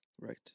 Right